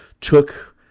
took